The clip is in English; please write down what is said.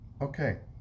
Okay